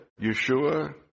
Yeshua